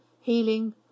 healing